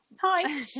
Hi